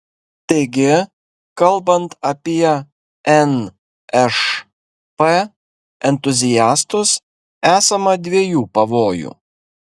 taigi kalbant apie nšp entuziastus esama dviejų pavojų